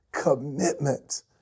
commitment